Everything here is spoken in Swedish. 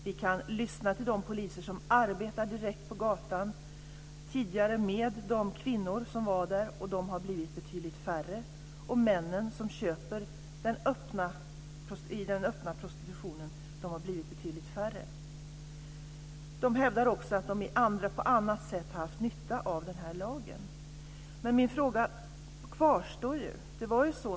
Vi kan lyssna till de poliser som arbetar direkt på gatan med de kvinnor som tidigare var där och som nu har blivit betydligt färre. Män som köper i den öppna prostitutionen har blivit betydligt färre. De hävdar också att de på annat sätt har haft nytta av den här lagen. Men min fråga kvarstår.